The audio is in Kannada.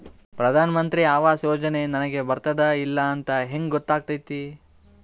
ಪ್ರಧಾನ ಮಂತ್ರಿ ಆವಾಸ್ ಯೋಜನೆ ನನಗ ಬರುತ್ತದ ಇಲ್ಲ ಅಂತ ಹೆಂಗ್ ಗೊತ್ತಾಗತೈತಿ?